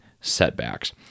setbacks